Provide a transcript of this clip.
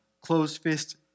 closed-fist